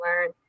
learn